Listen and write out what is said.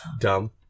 dumb